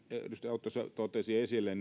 edustaja autto toi esille